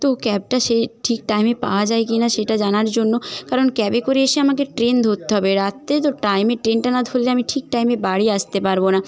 তো ক্যাবটা সেই ঠিক টাইমে পাওয়া যায় কি না সেটা জানার জন্য কারণ ক্যাবে করে এসে আমাকে ট্রেন ধরতে হবে রাত্রে তো টাইমে ট্রেনটা না ধরলে আমি ঠিক টাইমে বাড়ি আসতে পারব না